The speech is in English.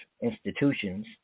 institutions